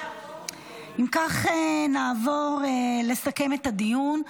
אם כך, נעבור לסכם את הדיון.